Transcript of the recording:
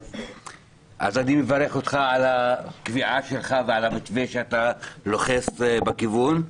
אני מברך אותך על הקביעה שלך ועל המתווה שאתה לוחץ בכיוון.